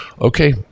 Okay